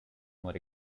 more